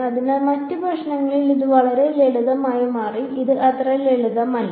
അതിനാൽ മറ്റ് പ്രശ്നങ്ങളിൽ ഇത് വളരെ ലളിതമായി മാറി ഇത് അത്ര ലളിതമല്ല